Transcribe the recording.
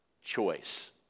choice